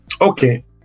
Okay